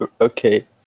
Okay